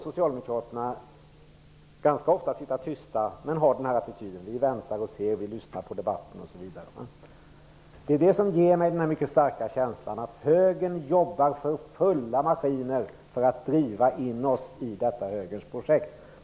Socialdemokraterna sitter däremot ofta ganska tysta och har attityden att man skall vänta och se och lyssna på debatten osv. Det är det som ger mig den mycket starka känslan att högern jobbar för fulla maskiner för att driva in oss i detta högerns projekt.